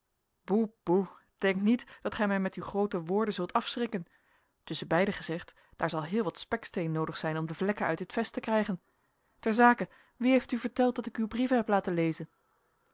boe boe denk niet dat gij mij met uw groote woorden zult afschrikken tusschenbeide gezegd daar zal heel wat speksteen noodig zijn om de vlekken uit dit vest te krijgen ter zake wie heeft u verteld dat ik uw brieven heb laten lezen